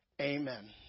Amen